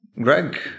Greg